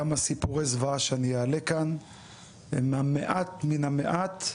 כמה סיפורי זוועה שאני אעלה כאן הם המעט מן המעט,